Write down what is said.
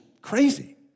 crazy